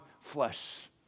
flesh